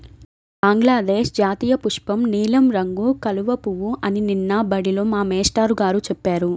బంగ్లాదేశ్ జాతీయపుష్పం నీలం రంగు కలువ పువ్వు అని నిన్న బడిలో మా మేష్టారు గారు చెప్పారు